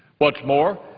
what's more,